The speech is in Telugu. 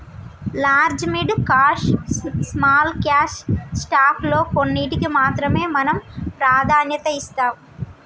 large mid cap small cap stock లో కొన్నింటికీ మాత్రమే మనం ప్రాధాన్యత ఇస్తాం